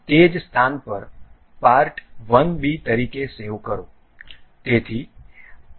તે જ સ્થાન પર પાર્ટ 1b તરીકે સેવ કરો